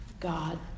God